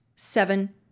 seven